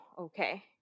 okay